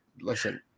listen